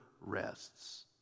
rests